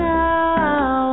now